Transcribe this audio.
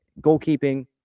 goalkeeping